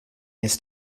his